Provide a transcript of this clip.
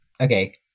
okay